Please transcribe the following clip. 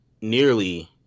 nearly